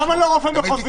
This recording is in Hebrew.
למה לא רופא מחוזי?